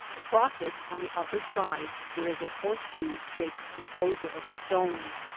across it, on the upper side, there is a horse shoe shaped enclosure of stone.